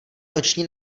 noční